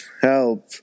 help